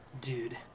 Dude